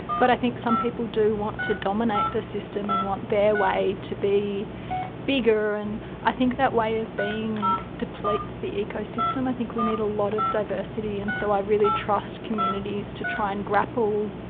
but i think some people do want to dominate the system and want their way to be bigger. and i think that way of being depletes the ecosystem. i think we need a lot of diversity and so i really trust communities to try and grapple,